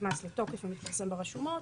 נכנס לתוקף ומתפרסם ברשומות,